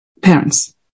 parents